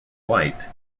white